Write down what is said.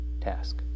task